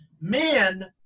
Men